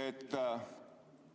et